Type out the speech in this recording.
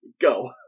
Go